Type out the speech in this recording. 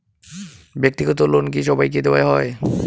ব্যাক্তিগত লোন কি সবাইকে দেওয়া হয়?